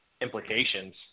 implications